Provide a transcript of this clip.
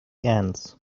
ends